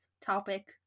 topic